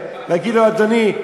להגיד לו: אדוני,